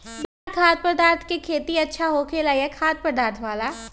बिना खाद्य पदार्थ के खेती अच्छा होखेला या खाद्य पदार्थ वाला?